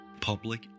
Public